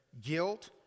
guilt